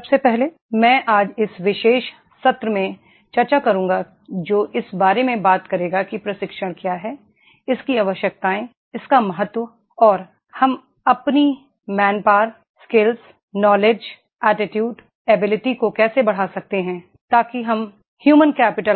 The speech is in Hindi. सबसे पहले मैं आज इस विशेष सत्र में चर्चा करूंगा जो इस बारे में बात करेगा कि प्रशिक्षण क्या है इसकी आवश्यकताएं इसका महत्व और हम अपनी श्रमशक्ति